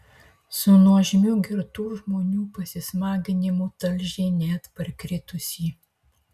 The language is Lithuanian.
su nuožmiu girtų žmonių pasismaginimu talžė net parkritusį